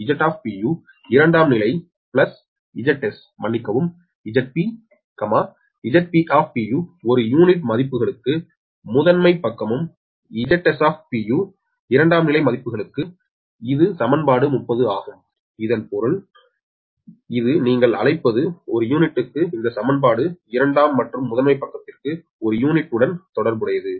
Z Z இரண்டாம் நிலை Zs மன்னிக்கவும் ZpZp ஒரு யூனிட் மதிப்புகளுக்கு முதன்மை பக்கமும் Zs இரண்டாம்நிலை மதிப்புகளும் இது சமன்பாடு 30 ஆகும் இதன் பொருள் இது நீங்கள் அழைப்பது ஒரு யூனிட்டுக்கு இந்த சமன்பாடு இரண்டாம் மற்றும் முதன்மை பக்கத்திற்கு இது ஒரு யூனிட்டுடன் தொடர்புடையது